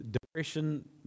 depression